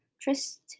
trust